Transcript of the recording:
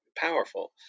powerful